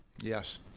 yes